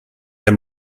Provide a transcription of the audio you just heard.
der